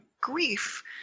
grief